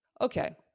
Okay